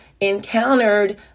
encountered